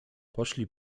poszli